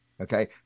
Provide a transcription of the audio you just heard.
Okay